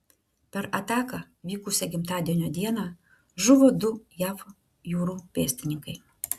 per ataką vykusią gimtadienio dieną žuvo du jav jūrų pėstininkai